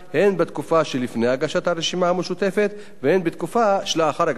הן בתקופה שלפני הגשת הרשימה המשותפת והן בתקופה שלאחר הגשתה.